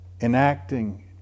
enacting